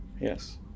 Yes